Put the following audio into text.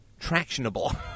tractionable